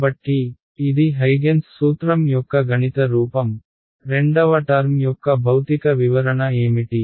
కాబట్టి ఇది హైగెన్స్ సూత్రం యొక్క గణిత రూపం రెండవ టర్మ్ యొక్క భౌతిక వివరణ ఏమిటి